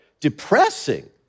depressing